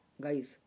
guys